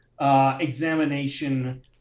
examination